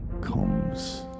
comes